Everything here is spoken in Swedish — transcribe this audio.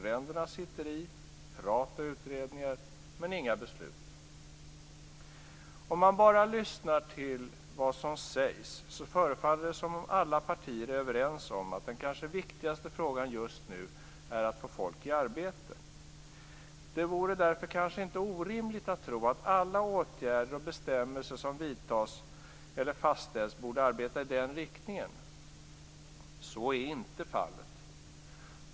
Ränderna sitter i. Prat och utredningar, men inga beslut. Om man bara lyssnar till vad som sägs förefaller det som om alla partier är överens om att den kanske viktigaste frågan just nu är att få folk i arbete. Det vore därför kanske inte orimligt att tro att alla åtgärder och bestämmelser som vidtas eller fastställs borde arbeta i den riktningen. Så är inte fallet!